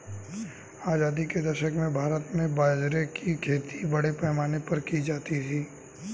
आजादी के दशक में भारत में बाजरे की खेती बड़े पैमाने पर की जाती थी